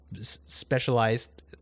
specialized